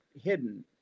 hidden